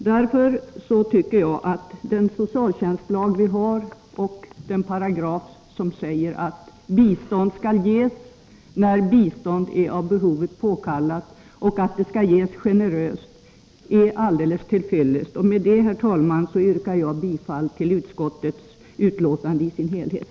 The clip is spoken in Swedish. Därför tycker jag att den paragraf i socialtjänstlagen som säger att bistånd skall ges när bistånd är av behovet påkallat och att det skall ges generöst är alldeles till fyllest. Med detta, herr talman, yrkar jag bifall till utskottets hemställan i dess helhet.